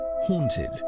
Haunted